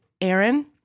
Aaron